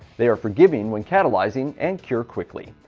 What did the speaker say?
they are forgiving when catalyzing and cure quickly.